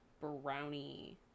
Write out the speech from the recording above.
brownie